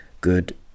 good